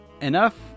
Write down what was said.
enough